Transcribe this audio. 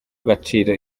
agaciro